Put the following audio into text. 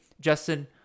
Justin